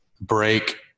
break